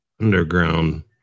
underground